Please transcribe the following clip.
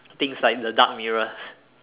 things like the dark mirrors